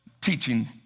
teaching